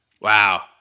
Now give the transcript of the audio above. Wow